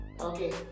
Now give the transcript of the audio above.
Okay